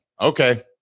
okay